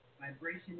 vibration